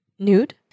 Nude